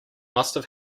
must